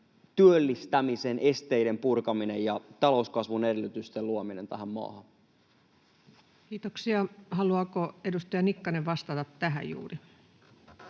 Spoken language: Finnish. työllistämisen esteiden purkaminen ja talouskasvun edellytysten luominen tähän maahan. Kiitoksia. — Haluaako edustaja Nikkanen vastata tähän juuri?